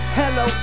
hello